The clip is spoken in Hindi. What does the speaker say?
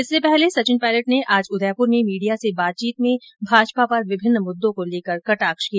इससे पहले सचिन पायलट ने आज उदयपुर में मीडिया से बातचीत में भाजपा पर विभिन्न मुद्दो को लेकर कटाक्ष किया